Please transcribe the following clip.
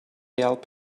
help